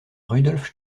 rudolf